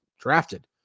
drafted